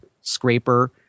scraper